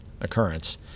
occurrence